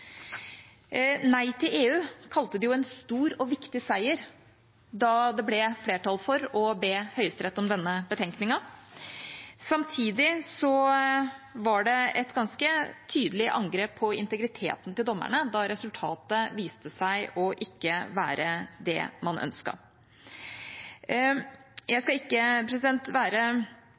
Nei til EU kalte det en stor og viktig seier da det ble flertall for å be Høyesterett om denne betenkningen. Samtidig var det et ganske tydelig angrep på integriteten til dommerne da resultatet viste seg ikke å være det man ønsket. Jeg skal ikke, president, være